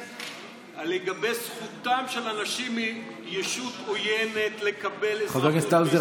לגבי זכותם של אנשים מישות עוינת לקבל אזרחות בישראל,